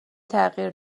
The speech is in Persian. تغییر